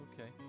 Okay